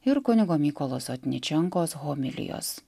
ir kunigo mykolo sotničenkos homilijos